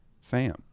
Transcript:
Sam